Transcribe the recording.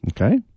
Okay